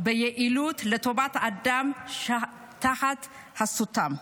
ביעילות לטובת האדם שתחת חסותם,